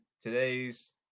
today's